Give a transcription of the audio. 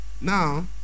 now